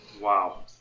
Wow